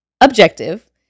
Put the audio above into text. objective